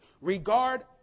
Regard